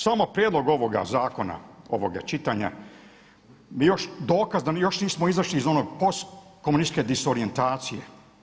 Samo prijedlog ovoga zakona, ovoga čitanja bio još dokaz da mi još nismo izašli iz onog post komunističke disorijentacije.